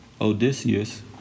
Odysseus